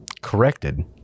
corrected